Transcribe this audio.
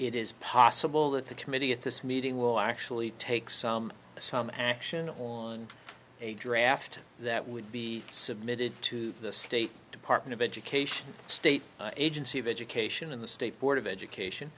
it is possible that the committee at this meeting will actually take some some action on a draft that would be submitted to the state department of education state agency of education in the state board of education